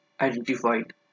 identified